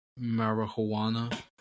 marijuana